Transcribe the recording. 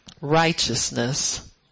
righteousness